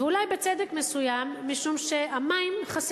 ואולי בצדק מסוים, משום שחסרים